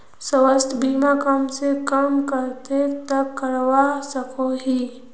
स्वास्थ्य बीमा कम से कम कतेक तक करवा सकोहो ही?